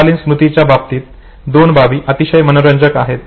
अल्पकालीन स्मृतीच्या बाबतीत दोन बाबी अतिशय मनोरंजक आहेत